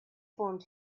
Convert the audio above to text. formed